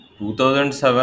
2007